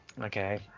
Okay